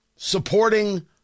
Supporting